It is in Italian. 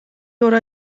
loro